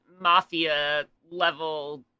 mafia-level